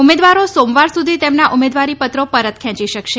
ઉમેદવારો સોમવાર સુધી તેમના ઉમેદવારીપત્રો પરત ખેંચી શકશે